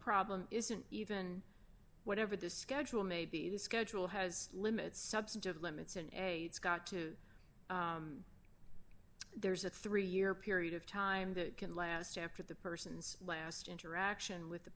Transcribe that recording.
problem isn't even whatever the schedule may be the schedule has limits substantive limits and aides got to there's a three year period of time that can last after the person's last interaction with the